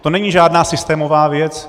To není žádná systémová věc.